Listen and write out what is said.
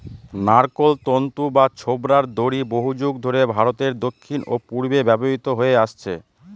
নারকোল তন্তু বা ছোবড়ার দড়ি বহুযুগ ধরে ভারতের দক্ষিণ ও পূর্বে ব্যবহৃত হয়ে আসছে